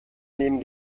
nehmen